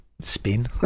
spin